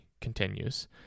continues